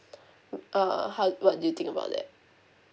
uh how what do you think about that